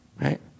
right